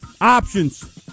Options